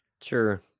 Sure